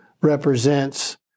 represents